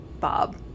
Bob